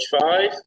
five